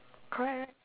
correct right